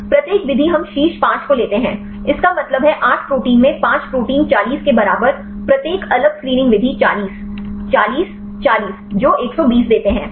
प्रत्येक विधि हम शीर्ष 5 को लेते हैं इसका मतलब है 8 प्रोटीन में 5 प्रोटीन 40 के बराबर प्रत्येक अलग स्क्रीनिंग विधि 40 40 40 जो 120 देते हैं